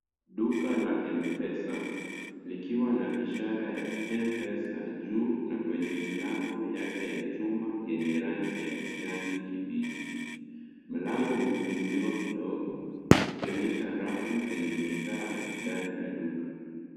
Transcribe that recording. Duka la M-Pesa. Likiwa na ishara ya M-Pesa juu na kwenye milango yake ya chuma yenye rangi ya kijani kibichi. Mlango umefunguliwa kidogo, ukionyesha rafu zenye bidhaa ndani ya duka.